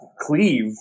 cleave